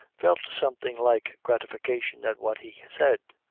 felt something like gratification at what he said,